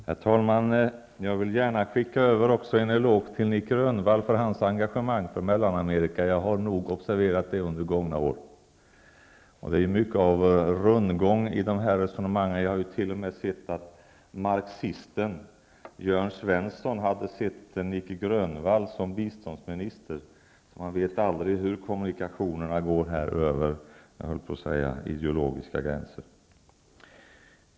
Herr talman! Jag vill gärna skicka över en eloge till Nic Grönvall för hans engagemang för Mellanamerika. Jag har observerat det under gångna år. Det är mycket av rundgång i de här resonemangen. Jag har t.o.m. sett att marxisten Jörn Svensson gärna hade sett Nic Grönvall som biståndsminister. Man vet aldrig hur kommunikationerna går, jag höll på att säga över ideologiska gränser.